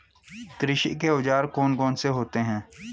कृषि के औजार कौन कौन से होते हैं?